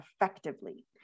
effectively